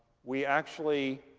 we actually